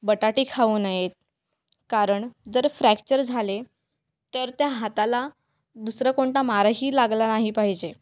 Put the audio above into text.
बटाटे खाऊ नयेत कारण जर फ्रॅक्चर झाले तर त्या हाताला दुसरं कोणता मारही लागला नाही पाहिजे